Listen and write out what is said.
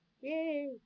Yay